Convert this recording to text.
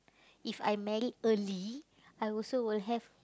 if I married early I also will have